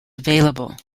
available